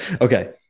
Okay